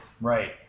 Right